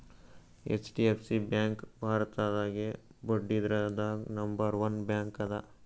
HDFC bank ಭಾರತದಾಗೇ ಬಡ್ಡಿದ್ರದಾಗ್ number one bank ಅದ